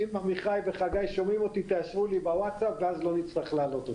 אם עמיחי וחגי שומעים אותי תאשרו לי בוואטסאפ ואז לא נצטרך להעלות אתכם.